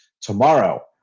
Tomorrow